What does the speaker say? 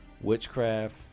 Witchcraft